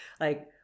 Like-